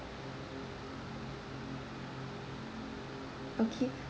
okay